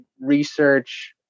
research